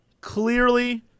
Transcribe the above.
Clearly